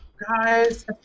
guys